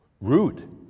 rude